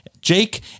Jake